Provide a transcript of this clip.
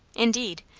indeed,